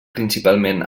principalment